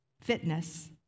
fitness